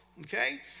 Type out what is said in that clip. Okay